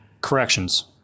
Corrections